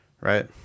Right